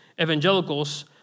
evangelicals